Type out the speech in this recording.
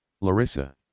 Larissa